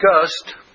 discussed